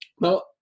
Now